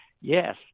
yes